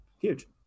huge